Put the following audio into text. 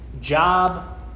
job